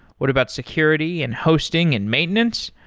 what about security and hosting and maintenance?